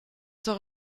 zur